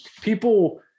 people